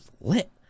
lit